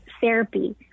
therapy